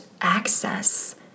access